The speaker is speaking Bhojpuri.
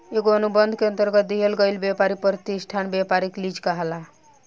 एगो अनुबंध के अंतरगत दिहल गईल ब्यपारी प्रतिष्ठान ब्यपारिक लीज कहलाला